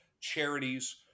charities